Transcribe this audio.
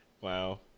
Wow